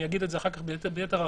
ואני אגיד את זה אחר-כך ביתר הרחבה,